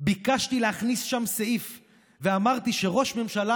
וביקשתי להכניס לשם סעיף ואמרתי שראש ממשלה